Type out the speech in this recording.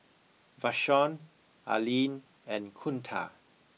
Vashon Aline and Kunta